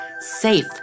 safe